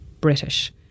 British